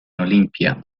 olimpia